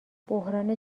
بحران